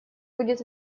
будет